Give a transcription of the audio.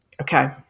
okay